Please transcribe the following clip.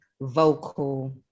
vocal